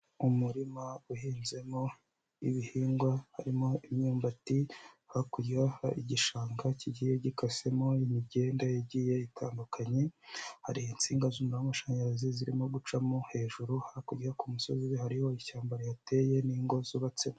Umurima uhinzemo ibihingwa harimo imyumbati, hakurya hari igishanga kigiye gikasemo imigenda igiye itandukanye, hari insinga z'umuriro w'amashanyarazi zirimo gucamo hejuru, hakurya ku musozi hariho ishyamba rihateye n'ingo zubatse.